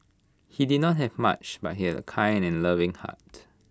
he did not have much but he had A kind and loving heart